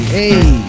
hey